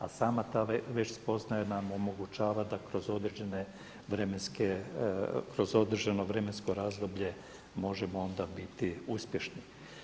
A sama ta već spoznaja nam omogućava da kroz određene vremenska, kod određeno vremensko razdoblje možemo onda biti uspješni.